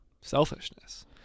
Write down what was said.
selfishness